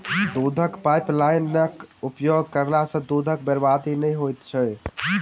दूधक पाइपलाइनक उपयोग करला सॅ दूधक बर्बादी नै होइत छै